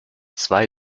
zwei